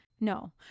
no